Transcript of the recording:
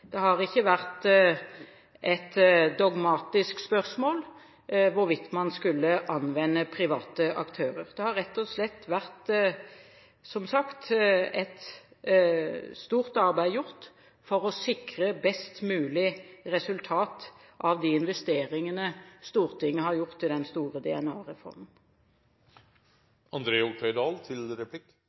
Det har ikke vært et dogmatisk spørsmål hvorvidt man skulle anvende private aktører. Det har rett og slett, som sagt, blitt gjort et stort arbeid for å sikre best mulig resultat av de investeringene Stortinget har gjort i den store